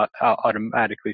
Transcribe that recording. automatically